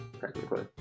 technically